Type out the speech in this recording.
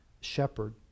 shepherd